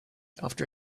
after